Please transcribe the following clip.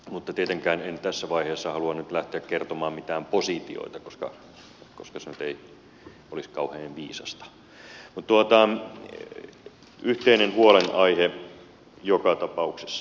mutta tietenkään en tässä vaiheessa halua nyt lähteä kertomaan mitään positioita koska se ei olisi kauhean viisasta mutta yhteinen huolenaihe joka tapauksessa